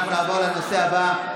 אנחנו נעבור לנושא הבא,